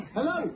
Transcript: Hello